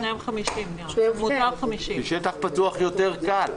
שניהם 50. מותר 50. בשטח פתוח יותר קל.